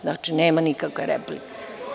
Znači, nema nikakve replike.